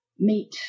Meet